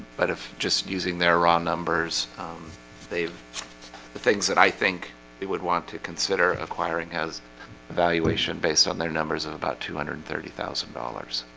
but if just using their raw numbers they the things that i think they would want to consider acquiring as evaluation based on their numbers of about two hundred and thirty thousand dollars